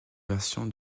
version